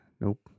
Nope